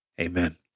Amen